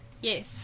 Yes